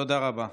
תודה רבה.